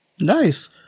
nice